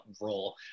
role